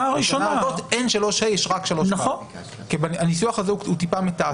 הראשונה --- בשנה הזאת אין 3ה. יש רק 3ו. הניסוח הזה הוא מעט מתעתע.